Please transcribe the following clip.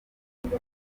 ngiye